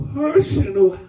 personal